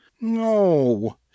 No